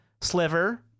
Sliver